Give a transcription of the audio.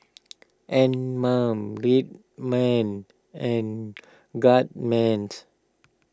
Anmum Red Man and Guardsman's